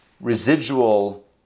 Residual